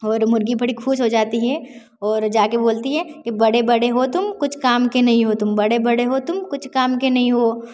और मुर्गी बड़ी खुश हो जाती है और जा के बोलती है कि बड़े बड़े हो तुम कुछ काम के नहीं हो तुम बड़े बड़े हो तुम कुछ काम के नहीं हो